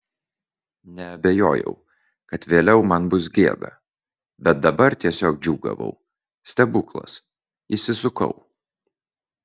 neabejojau kad vėliau man bus gėda bet dabar tiesiog džiūgavau stebuklas išsisukau